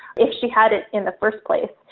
if she had it in the first place.